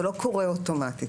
זה לא קורה אוטומטית.